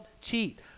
cheat